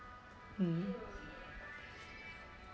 mm